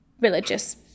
religious